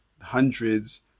hundreds